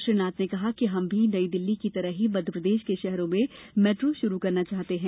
श्रीनाथ ने कहा कि हम भी नई दिल्ली की तरह ही मध्यप्रदेश के शहरों में मैट्रो शुरू करना चाहते हैं